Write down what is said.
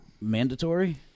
Mandatory